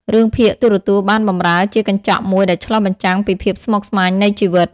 រឿងភាគទូរទស្សន៍បានបម្រើជាកញ្ចក់មួយដែលឆ្លុះបញ្ចាំងពីភាពស្មុគស្មាញនៃជីវិត។